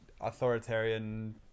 authoritarian